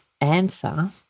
answer